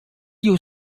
you